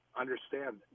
understand